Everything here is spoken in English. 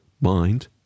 mind